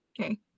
Okay